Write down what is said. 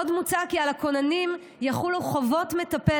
עוד מוצע כי על הכוננים יחולו חובות מטפל,